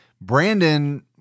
Brandon